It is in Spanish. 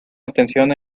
atención